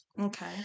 Okay